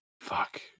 Fuck